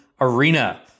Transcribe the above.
Arena